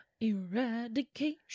eradication